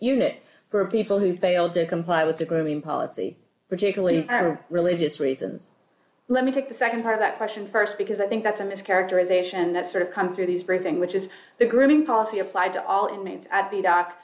unit for people who failed to comply with the grooming policy particularly religious reasons let me take the nd part of that question st because i think that's a mischaracterization that sort of comes through these briefing which is the grooming policy applied to all inmates at the dock